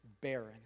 barren